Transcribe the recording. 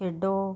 ਖੇਡੋ